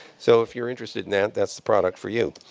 so if you're interested in that, that's the product for you.